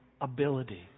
ability